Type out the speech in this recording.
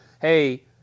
Hey